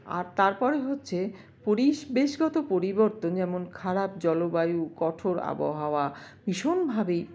আর তারপরে হচ্ছে পরিবেশগত পরিবর্তন যেমন খারাপ জলবায়ু কঠোর আবহাওয়া ভীষণভাবে